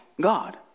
God